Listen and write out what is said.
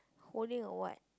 holding a what